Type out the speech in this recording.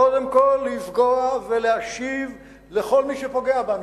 קודם כול לפגוע ולהשיב לכל מי שפוגע בנו.